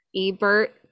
Ebert